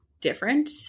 different